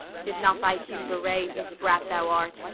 did not thy hue bewray whose brat thou art,